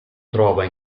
trova